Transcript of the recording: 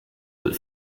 but